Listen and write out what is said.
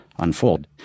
Unfold